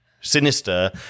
Sinister